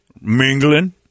mingling